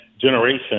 generation